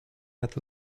met